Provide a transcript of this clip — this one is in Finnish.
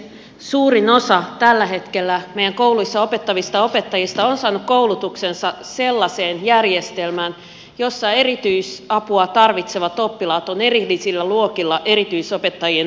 suurin osa tällä hetkellä meidän kouluissa opettavista opettajista on saanut koulutuksensa sellaiseen järjestelmään jossa erityisapua tarvitsevat oppilaat ovat erillisillä luokilla erityisopettajien opetettavina